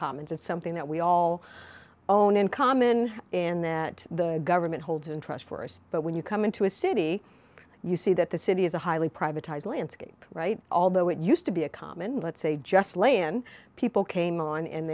commons it's something that we all own in common in that the government holds in trust for us but when you come into a city you see that the city is a highly privatized landscape right although it used to be a common let's say just land people came on and